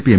P M